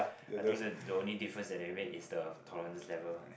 I think the the only difference that they made is the tolerance level